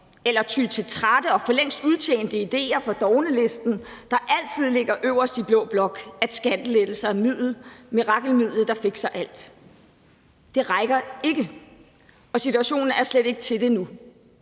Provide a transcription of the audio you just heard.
eller ty til trætte og forlængst udtjente idéer fra dovenlisten, der altid ligger øverst i blå blok: at skattelettelser er mirakelmidlet, der fikser alt. Det rækker ikke, og situationen er slet ikke til det nu.